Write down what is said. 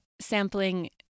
sampling